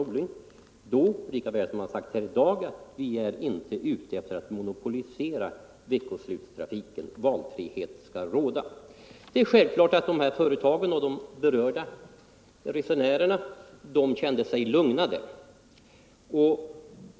81 Sedan sade herr Norling på samma sätt som han sagt i dag: Vi är inte ute efter att monopolisera veckoslutstrafiken; valfrihet skall råda. Det är självklart att de här företagen och de berörda resenärerna kände sig lugnade.